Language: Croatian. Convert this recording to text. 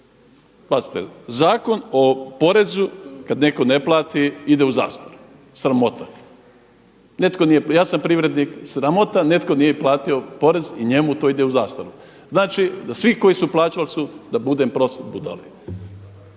Pazite, Zakon o porezu kada netko ne plati ide u zastaru, sramota. Netko nije, ja sam privrednik, sramota netko nije platio porez i njemu to ide u zastaru, znači svi koji su plaćali su da budem prost budale.